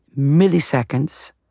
milliseconds